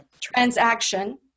transaction